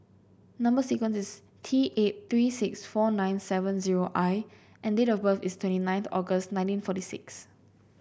number sequence is T eight three six four nine seven zero I and date of birth is twenty ninth August nineteen forty six